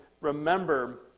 remember